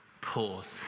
pause